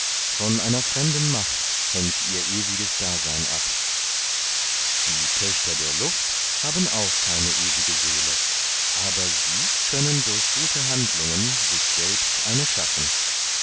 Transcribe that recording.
von einer fremden macht hängt ihr ewiges dasein ab die töchter der luft haben auch keine ewige seele aber sie können durch gute handlungen sich selbst eine schaffen